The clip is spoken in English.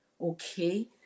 okay